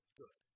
good